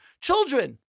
Children